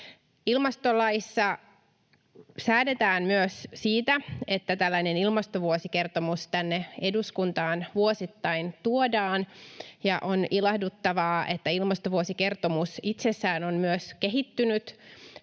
Ilmastolaissa säädetään myös siitä, että tällainen ilmastovuosikertomus tänne eduskuntaan vuosittain tuodaan, ja on ilahduttavaa, että ilmastovuosikertomus itsessään on myös kehittynyt